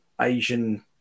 Asian